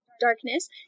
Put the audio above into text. darkness